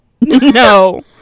no